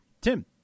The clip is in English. Tim